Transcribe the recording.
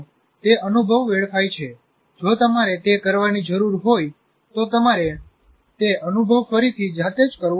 તે અનુભવ વેડફાય છે જો તમારે તે કરવાની જરૂર હોય તો તમારે તે અનુભવ ફરીથી જાતે જ કરવો પડશે